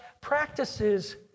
practices